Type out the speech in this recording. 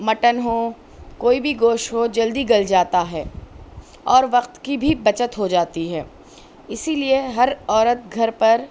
mutton ہو کوئی بھی گوشت ہو جلدی گل جاتا ہے اور وقت کی بھی بچت ہو جاتی ہے اسی لیے ہر عورت گھر پر